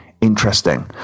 interesting